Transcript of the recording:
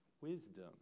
Wisdom